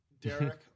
Derek